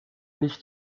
nicht